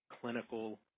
clinical